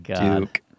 Duke